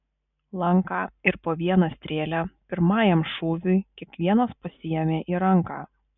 lanką ir po vieną strėlę pirmajam šūviui kiekvienas pasiėmė į ranką